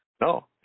No